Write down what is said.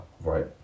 right